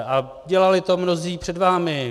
a dělali to mnozí před vámi.